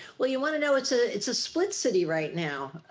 well, you wanna know it's ah it's a split city right now.